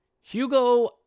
Hugo